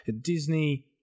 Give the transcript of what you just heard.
Disney